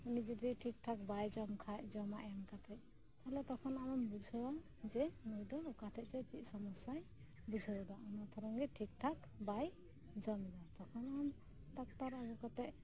ᱩᱱᱤ ᱡᱩᱫᱤ ᱴᱷᱤᱠ ᱴᱷᱟᱠ ᱵᱟᱭ ᱡᱚᱢ ᱠᱷᱟᱡ ᱡᱚᱢᱟᱜ ᱮᱢ ᱠᱟᱛᱮᱫ ᱛᱟᱦᱞᱮ ᱛᱚᱠᱷᱚᱱ ᱟᱢᱮᱢ ᱵᱩᱡᱷᱟᱹᱣᱟ ᱡᱮ ᱱᱩᱭ ᱫᱚ ᱚᱠᱟ ᱴᱷᱮᱠ ᱪᱚ ᱪᱮᱜ ᱥᱚᱥᱥᱟᱭ ᱵᱩᱡᱷᱟᱹᱣ ᱫᱟ ᱚᱱᱟ ᱠᱟᱨᱚᱱ ᱜᱮ ᱴᱷᱤᱠ ᱴᱷᱟᱠ ᱵᱟᱭ ᱡᱚᱢ ᱫᱟ ᱛᱚᱠᱷᱚᱱ ᱟᱢ ᱰᱟᱠᱛᱟᱨ ᱟᱜᱩ ᱠᱟᱛᱮᱜ